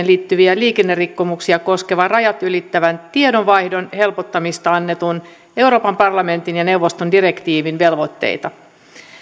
liittyviä liikennerikkomuksia koskevan rajat ylittävän tiedonvaihdon helpottamisesta annetun euroopan parlamentin ja neuvoston direktiivin velvoitteita